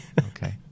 Okay